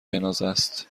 جنازهست